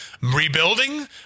Rebuilding